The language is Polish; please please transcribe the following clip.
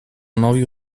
nowiu